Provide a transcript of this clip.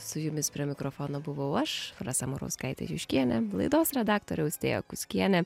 su jumis prie mikrofono buvau aš rasa murauskaitė juškienė laidos redaktorė austėja kuskienė